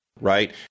right